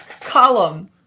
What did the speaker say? column